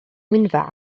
ngwynfa